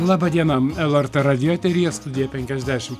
laba diena lrt radijo eteryje studija penkiasdešim